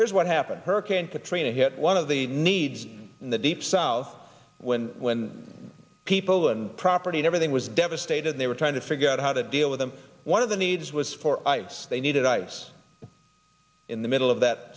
here's what happened hurricane katrina hit one of the need in the deep south when when people and property and everything was devastated they were trying to figure out how to deal with them one of the needs was for ice they needed ice in the middle of that